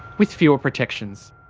with fewer protections.